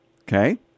okay